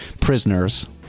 Prisoners